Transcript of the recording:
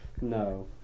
No